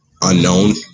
unknown